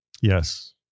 Yes